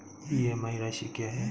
EMI राशि क्या है?